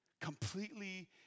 Completely